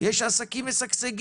יש הרי הרבה עסקים משגשגים.